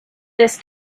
this